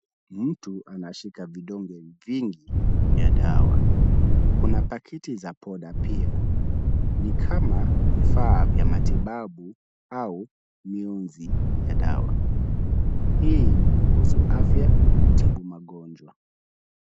Mtu anashika vidonge vingi vya dawa. Kuna pakiti za poda pia. Ni kama vifaa vya matibabu au miunzi ya dawa. Hii ni kuhusu afya kutibu magonjwa.